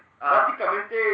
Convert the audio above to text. básicamente